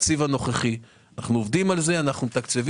אנחנו עובדים על זה, וזה